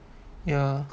ya